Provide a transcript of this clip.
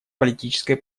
политической